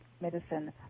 medicine